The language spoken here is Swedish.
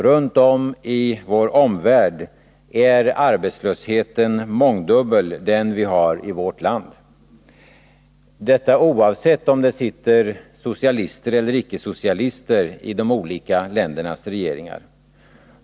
Runt om i vår omvärld är arbetslösheten mångdubbelt större än den vi har i vårt land, detta oavsett om det sitter socialister eller icke-socialister i de olika ländernas regeringar.